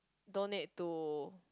donate to